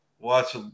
Watch